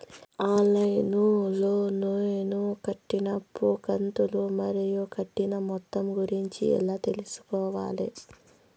On line లో నేను కట్టిన అప్పు కంతులు మరియు కట్టిన మొత్తం గురించి ఎలా తెలుసుకోవాలి?